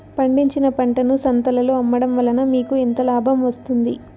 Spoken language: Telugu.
పండించిన పంటను సంతలలో అమ్మడం వలన మీకు ఎంత లాభం వస్తుంది?